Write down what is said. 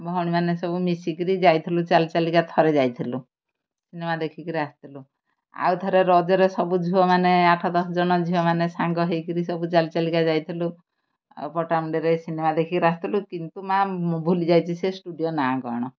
ଭଉଣୀମାନେ ସବୁ ମିଶିକିରି ଯାଇଥିଲୁ ଚାଲି ଚାଲିକା ଥରେ ଯାଇଥିଲୁ ସିନେମା ଦେଖିକିରି ଆସିଥିଲୁ ଆଉ ଥରେ ରଜରେ ସବୁ ଝିଅମାନେ ଆଠ ଦଶ ଜଣ ଝିଅମାନେ ସାଙ୍ଗ ହେଇକିରି ସବୁ ଚାଲିଚାଲିକା ଯାଇଥିଲୁ ଆଉ ପଟାମୁଣ୍ଡିରେ ସିନେମା ଦେଖିକିରି ଆସିଥିଲୁ କିନ୍ତୁ ମା ଭୁଲି ଯାଇଛି ସେ ଷ୍ଟୁଡ଼ିଓ ନାଁ କ'ଣ